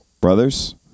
brothers